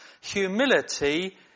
humility